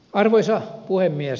arvoisa puhemies